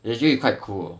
actually quite cool